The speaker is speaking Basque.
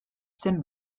zen